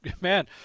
man